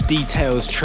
Details